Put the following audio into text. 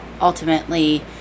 ultimately